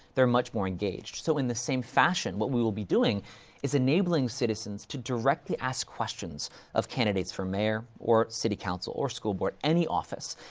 they're much more engaged. so, in the same fashion, what we will be doing is enabling citizens to directly ask questions of candidates for mayor, or city council, or school board, any office,